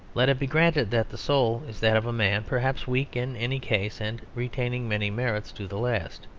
let it be granted that the soul is that of a man perhaps weak in any case and retaining many merits to the last,